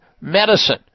medicine